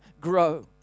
grow